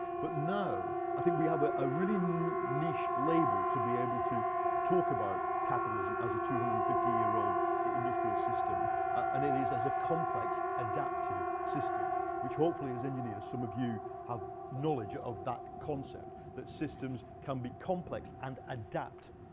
but now i think we have ah a really niche label to be able to talk about capitalism as a two hundred and fifty year old industrial system and it is a complex, adaptive system. which hopefully as engineers, some of you have knowledge of that concept, that systems can be complex and adapt.